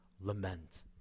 lament